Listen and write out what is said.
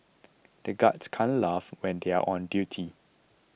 the guards can't laugh when they are on duty